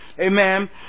Amen